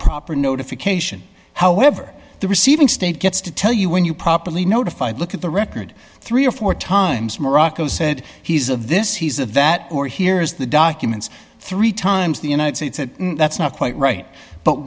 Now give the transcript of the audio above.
proper notification however the receiving state gets to tell you when you properly notified look at the record three or four times morocco said he's of this he's of that or here's the documents three times the united states and that's not quite right but